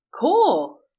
Cool